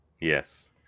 Yes